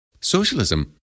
Socialism